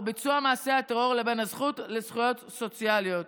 ביצוע מעשה הטרור לבין הזכות לזכויות סוציאליות,